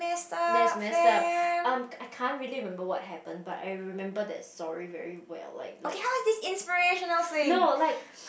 that's messed up um I can't really remember what happened but I remember that story very well like like no like